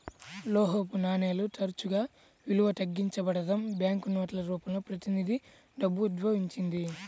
లోహపు నాణేలు తరచుగా విలువ తగ్గించబడటం, బ్యాంకు నోట్ల రూపంలో ప్రతినిధి డబ్బు ఉద్భవించింది